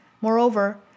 Moreover